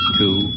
two